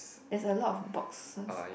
there's a lot of boxes